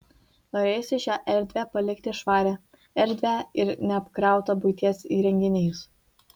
norėjosi šią erdvę palikti švarią erdvią ir neapkrautą buities įrenginiais